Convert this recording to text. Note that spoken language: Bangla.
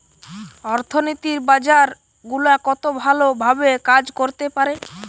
অর্থনীতির বাজার গুলা কত ভালো ভাবে কাজ করতে পারে